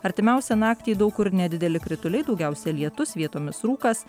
artimiausią naktį daug kur nedideli krituliai daugiausia lietus vietomis rūkas